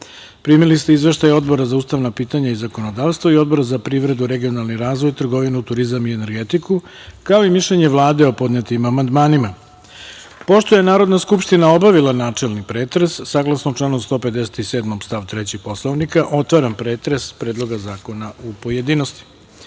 ste izveštaj Odbora za ustavna pitanja i zakonodavstvo i Odbora za privredu, regionalni razvoj, trgovinu, turizam i energetiku, kao i mišljenje Vlade o podnetim amandmanima. Pošto je Narodna skupština obavila načelni pretres, saglasno članu 157. stav 3. Poslovnika otvaram pretres Predloga zakona u pojedinostima. Na